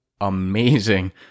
amazing